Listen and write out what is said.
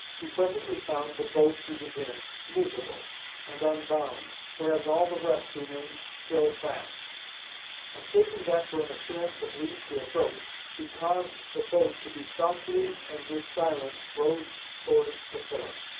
he presently found the boat he was in, moveable and unbound whereas all the rest remained still fast and taking that for an assurance of leave to approach, he caused the boat to be softly and with silence rowed towards the pillar.